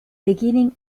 beginning